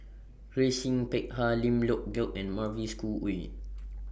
Grace Yin Peck Ha Lim Leong Geok and Mavis Khoo Wein